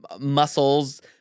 muscles